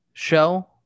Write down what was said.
show